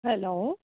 hello